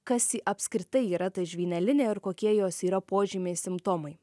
kas apskritai yra tai žvynelinė ir kokie jos yra požymiai simptomai